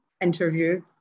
interview